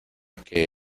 que